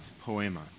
poema